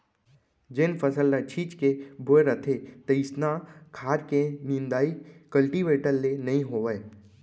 जेन फसल ल छीच के बोए रथें तइसना खार के निंदाइ कल्टीवेटर ले नइ होवय